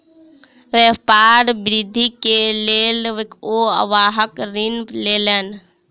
व्यापार वृद्धि के लेल ओ वाहन ऋण लेलैन